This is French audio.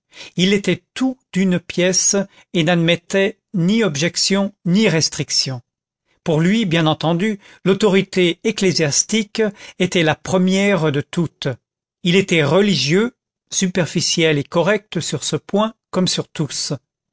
il était tout d'une pièce et n'admettait ni objection ni restriction pour lui bien entendu l'autorité ecclésiastique était la première de toutes il était religieux superficiel et correct sur ce point comme sur tous